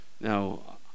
Now